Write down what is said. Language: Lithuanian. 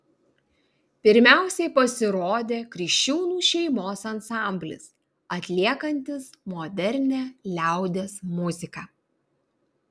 pirmiausiai pasirodė kriščiūnų šeimos ansamblis atliekantis modernią liaudies muziką